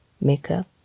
makeup